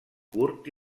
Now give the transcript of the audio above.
curt